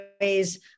ways